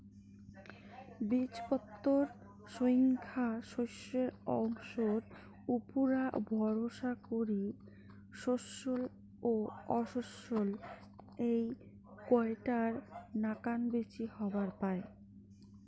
বীজপত্রর সইঙখা শস্যল অংশর উপুরা ভরসা করি শস্যল ও অশস্যল এ্যাই কয়টার নাকান বীচি হবার পায়